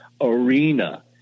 arena